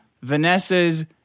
Vanessa's